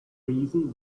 reason